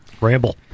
Ramble